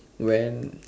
when